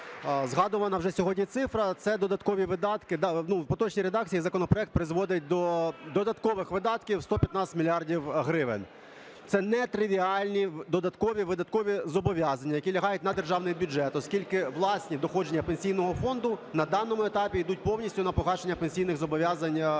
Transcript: Згадувана вже сьогодні цифра – це додаткові видатки, в поточній редакції законопроект призводить до додаткових видатків 115 мільярдів гривень. Це нетривіальні додаткові видаткові зобов'язання, які лягають на державний бюджет, оскільки власні доходи Пенсійного фонду на даному етапі йдуть повністю на погашення пенсійних зобов'язань, поточних